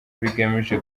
bigamije